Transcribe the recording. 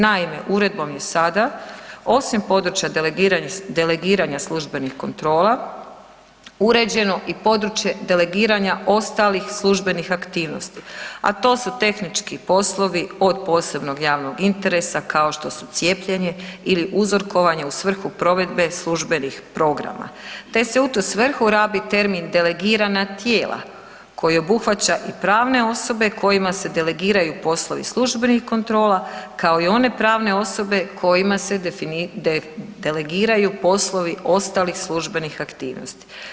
Naime, uredbom je sada, osim područja delegiranja službenih kontrola uređeno i područje delegiranja ostalih službenih aktivnosti, a to su tehnički poslovi od posebnog javnog interesa, kao što su cijepljenje ili uzorkovanje u svrhu provedbe službenih programa te se u tu svrhu rabi termin delegirana tijela koji obuhvaća i pravne osobe kojima se delegiraju poslovi službenih kontrola, kao i one pravne osobe kojima se delegiraju poslovi ostalih službenih aktivnosti.